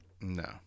no